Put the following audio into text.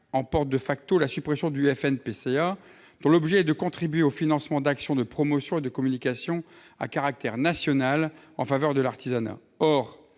emporte la suppression du FNPCA, dont l'objet est de contribuer au financement d'actions de promotion et de communication à caractère national en faveur de l'artisanat.